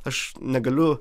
aš negaliu